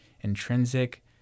intrinsic